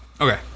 Okay